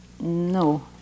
No